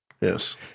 Yes